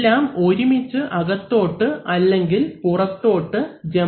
എല്ലാം ഒരുമിച്ച് അകത്തോട്ട് അല്ലെങ്കിൽ പുറത്തോട്ടു ജമ്പ് ചെയ്യണം